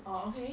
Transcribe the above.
oh okay